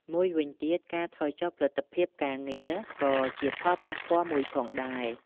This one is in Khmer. មួយវិញទៀត ការថយចុះផលិតភាពការងារ ក៏ជាផលប៉ះពាល់មួយផងដែរ។